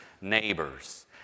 neighbors